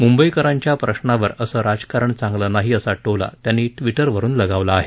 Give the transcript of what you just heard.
मुंबईकरांच्या प्रश्नावर असं राजकारण चांगलं नाही असा टोला त्यांनी ट्विटरवरुन लगावला आहे